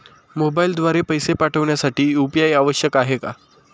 मोबाईलद्वारे पैसे पाठवण्यासाठी यू.पी.आय आवश्यक आहे का?